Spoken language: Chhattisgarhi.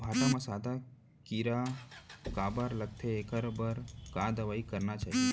भांटा म सादा कीरा काबर लगथे एखर बर का दवई करना चाही?